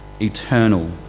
eternal